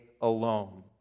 alone